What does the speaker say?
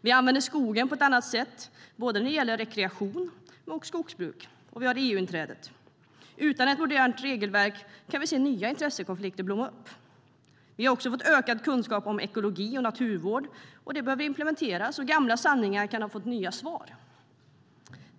Vi använder skogen på ett annat sätt när det gäller både rekreation och skogsbruk. Dessutom har vi EU-inträdet. Utan ett modernt regelverk kan vi se nya intressekonflikter blomma upp. Vi har också fått ökad kunskap om ekologi och naturvård som behöver implementeras, och gamla sanningar kan ha fått nya svar.